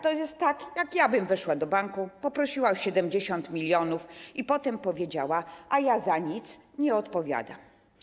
To jest tak, jak ja bym weszła do banku, poprosiła o 70 mln i potem powiedziała: A ja za nic nie odpowiadam.